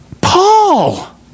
Paul